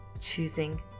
choosing